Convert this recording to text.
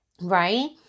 Right